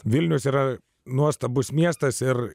vilnius yra nuostabus miestas ir